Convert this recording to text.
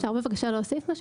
אפשר בבקשה להוסיף משהו?